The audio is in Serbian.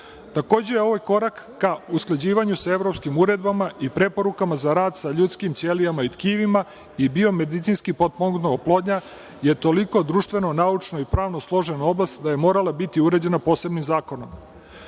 čitati. Takođe, ovo je korak ka usklađivanju sa evropskim uredbama i preporukama za rad sa ljudskim ćelijama i tkivima, i biomedicinski potpomognuta oplodnja, je toliko društveno, naučno i pravno složena oblast, da je morala biti uređena posebnim zakonom.